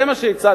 זה מה שהצעתם,